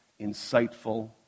insightful